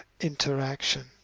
interaction